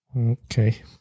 Okay